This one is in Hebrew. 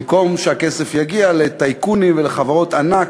במקום שהכסף יגיע לטייקונים ולחברות ענק